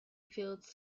fields